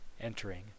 entering